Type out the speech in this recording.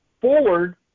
forward